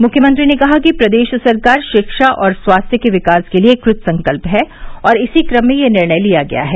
मुख्यमंत्री ने कहा कि प्रदेश सरकार शिक्षा और स्वास्थ्य के विकास के लिए कृतसंकल्य है और इसी ऊम में यह निर्णय लिया गया है